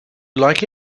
like